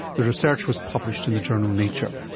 the research was published in the journal nature.